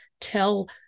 tell